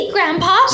Grandpa